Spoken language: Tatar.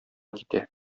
китә